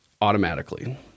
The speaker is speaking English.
automatically